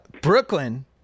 Brooklyn